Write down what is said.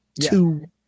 two